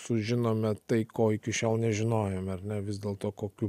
sužinome tai ko iki šiol nežinojom ar ne vis dėlto kokiu